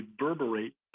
reverberate